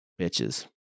Bitches